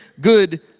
good